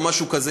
או משהו כזה.